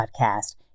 podcast